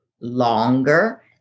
longer